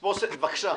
בבקשה.